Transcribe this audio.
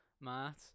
Matt